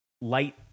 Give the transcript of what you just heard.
light